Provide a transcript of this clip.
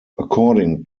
according